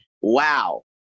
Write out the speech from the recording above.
wow